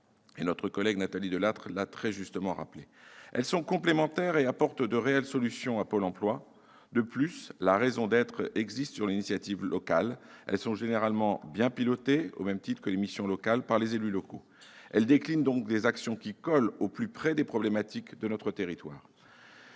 notre collègue Nathalie Delattre l'a très justement rappelé. Elles sont complémentaires de Pôle Emploi et lui apportent de réelles solutions. En particulier, leur raison d'être est dans l'initiative locale ; elles sont généralement bien pilotées, au même titre que les missions locales, par les élus locaux. Elles déclinent donc des actions qui collent au plus près des problématiques de notre territoire,